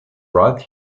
right